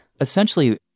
Essentially